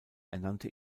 ernannte